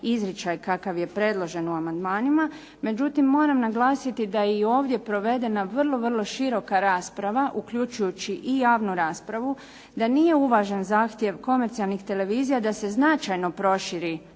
izričaj kakav je predložen u amandmanima, međutim moram naglasiti da je i ovdje provedena vrlo, vrlo široka rasprava uključujući i javnu raspravu, da nije uvažen zahtjev komercijalnih televizija da se značajno proširi